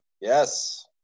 Yes